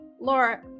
Laura